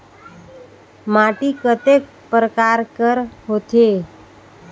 माटी कतेक परकार कर होथे?